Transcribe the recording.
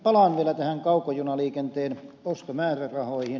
palaan vielä kaukojunaliikenteen ostomäärärahoihin